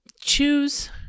choose